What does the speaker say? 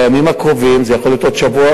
הוא האחראי למתרחש ברצועה,